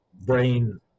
brain